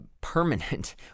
permanent